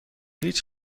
هیچ